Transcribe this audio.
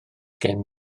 gen